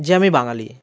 যে আমি বাঙালি